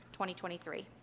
2023